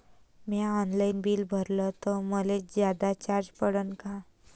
म्या online bill भरलं तर मले जादा चार्ज पडन का?